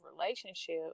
relationship